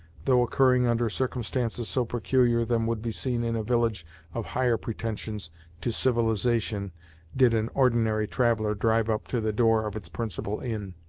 though occurring under circumstances so peculiar, than would be seen in a village of higher pretensions to civilization did an ordinary traveler drive up to the door of its principal inn.